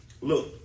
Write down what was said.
Look